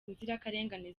inzirakarengane